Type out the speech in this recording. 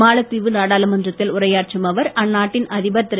மாலத்தீவு நாடாளுமன்றத்தில் உரையாற்றும் அவர் அந்நாட்டின் அதிபர் திரு